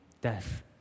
death